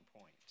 point